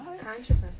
Consciousness